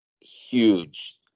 huge